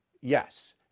Yes